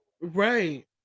Right